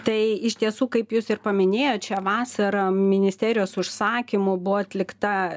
tai iš tiesų kaip jūs ir paminėjot šią vasarą ministerijos užsakymu buvo atlikta